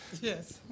Yes